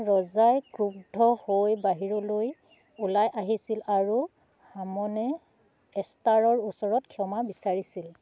ৰজাই ক্ষুদ্ধ হৈ বাহিৰলৈ ওলাই আহিছিল আৰু হামনে এষ্টাৰৰ ওচৰত ক্ষমা বিচাৰিছিল